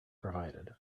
provided